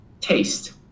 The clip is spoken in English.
taste